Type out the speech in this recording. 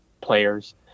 players